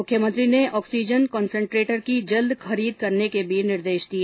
मुख्यमंत्री ने oxygen concentrator की जल्द खरीद करने के भी निर्देश दिए